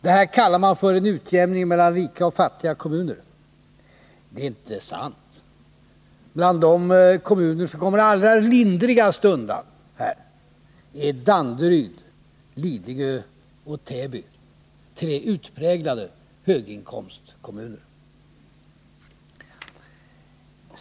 Detta kallar man en utjämning mellan rika och fattiga kommuner. Det är inte sant. Bland de kommuner som kommer allra lindrigast undan är Danderyd, Lidingö och Täby — tre utpräglade höginkomstkommuner.